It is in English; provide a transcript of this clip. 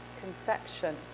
conception